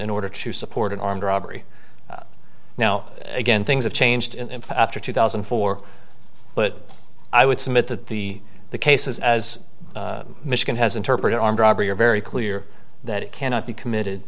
in order to support an armed robbery now again things have changed in after two thousand and four but i would submit that the cases as michigan has interpreted armed robbery are very clear that it cannot be committed